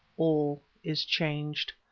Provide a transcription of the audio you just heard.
all is changed.